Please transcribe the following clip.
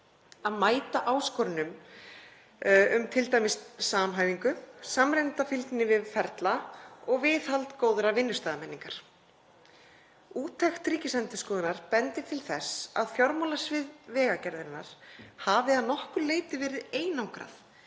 að mæta áskorunum um t.d. samhæfingu, samræmda fylgni við ferla og viðhald góðra vinnustaðamenningar. Úttekt Ríkisendurskoðunar bendir til þess að fjármálasvið Vegagerðarinnar hafi að nokkru leyti verið einangrað